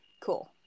Cool